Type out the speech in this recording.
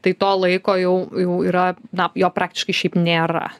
tai to laiko jau jau yra na jo praktiškai šiaip nėra